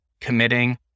committing